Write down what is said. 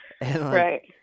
right